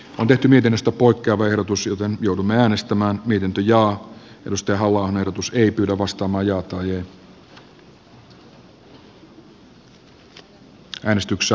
on tehty videosta poikkeava erotus joten joudun äänestämään miten ja mistä haluan erotus kannatan edustaja halla ahon ehdotusta